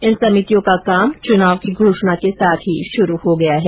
इन समितियों का काम चुनाव की घोषणा के साथ ही शुरू हो गया है